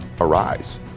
arise